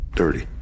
dirty